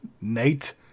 Nate